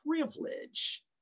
privilege